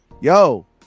Yo